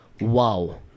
wow